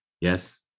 Yes